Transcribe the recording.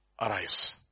Arise